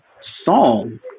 song